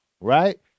Right